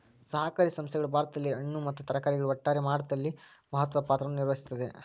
ಸಹಕಾರಿ ಸಂಸ್ಥೆಗಳು ಭಾರತದಲ್ಲಿ ಹಣ್ಣು ಮತ್ತ ತರಕಾರಿಗಳ ಒಟ್ಟಾರೆ ಮಾರಾಟದಲ್ಲಿ ಮಹತ್ವದ ಪಾತ್ರವನ್ನು ವಹಿಸುತ್ತವೆ